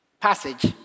passage